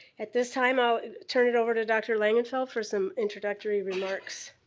at this time i will turn it over to dr. langenfeld for some introductory remarks.